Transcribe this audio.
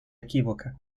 equivoca